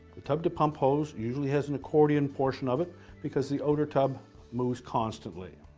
the tub-to-pump hose usually has an accordion portion of it because the outer tub moves constantly.